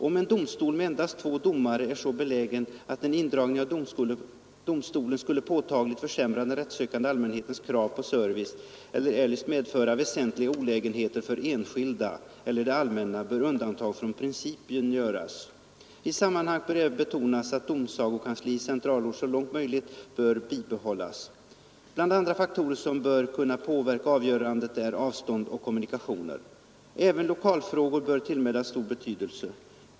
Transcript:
Om en domstol med endast två domare är så belägen att en indragning av domstolen skulle påtagligt försämra den rättssökande allmänhetens krav på service eller eljest medföra väsentliga olägenheter för enskilda eller det allmänna bör undantag från principen göras. I sammanhanget bör även betonas att domsagokansli i centralort så långt möjligt bör bibehållas. Bland andra faktorer som bör kunna påverka avgörandet är avstånd och kommunikationer. Även lokalfrågorna bör tillmätas stor betydelse.